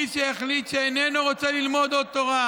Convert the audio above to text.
מי שהחליט שאיננו רוצה ללמוד עוד תורה,